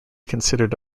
considered